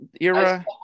era